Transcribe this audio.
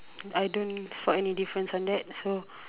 I don't spot any difference on that so